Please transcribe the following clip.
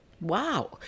Wow